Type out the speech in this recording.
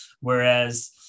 Whereas